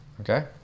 okay